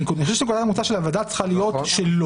אני חושב שנקודת המוצא של הוועדה צריכה להיות שלא,